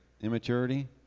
Immaturity